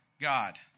God